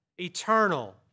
eternal